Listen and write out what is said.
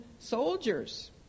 soldiers